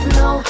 no